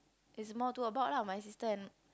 is more to about lah my sister and